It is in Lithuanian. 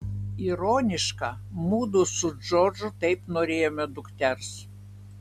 ironiška mudu su džordžu taip norėjome dukters